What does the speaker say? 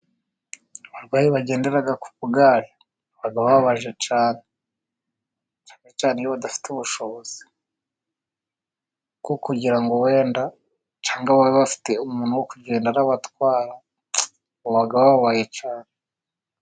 Abarwayi bagendera ku tugare baba babaje cyane cyane cyane iyo badafite ubushobozi ,kuko kugira ngo wenda cyangwa babe bafite umuntu wo kugenda arabatwara, baba bababaye cyane.